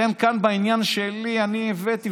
כאן בעניין שלי שאני הבאתי,